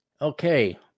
Okay